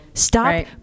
Stop